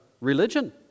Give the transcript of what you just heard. religion